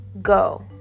Go